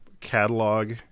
catalog